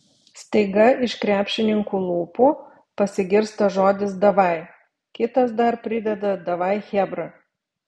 staiga iš krepšininkų lūpų pasigirsta žodis davai kitas dar prideda davai chebra